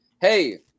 Hey